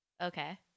Okay